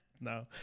No